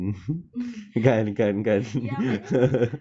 um ya but then